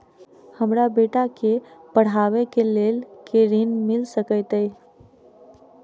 हमरा बेटा केँ पढ़ाबै केँ लेल केँ ऋण मिल सकैत अई?